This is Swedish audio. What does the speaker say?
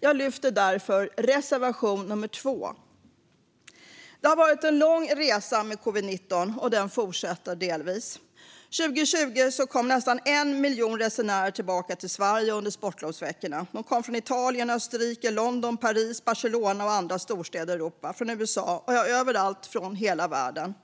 Jag lyfter därför fram reservation nummer 2. Det har varit en lång resa med covid-19, och den fortsätter delvis. År 2020 kom nästan 1 miljon resenärer tillbaka till Sverige under sportlovsveckorna. De kom från Italien och Österrike, från London, Paris, Barcelona och andra storstäder i Europa, från USA och överallt i hela världen.